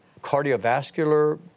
cardiovascular